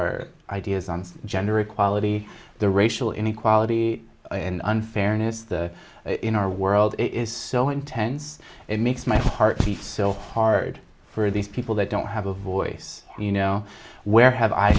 our ideas on gender equality the racial inequality in unfairness the in our world is so intense it makes my heart beat so hard for these people that don't have a voice you know where have i